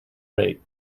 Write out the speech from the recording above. rate